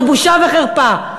זו בושה וחרפה,